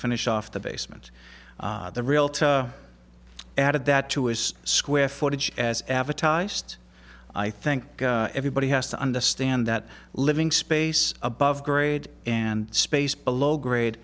finish off the basement the realtor added that to his square footage as advertised i think everybody has to understand that living space above grade and space below grade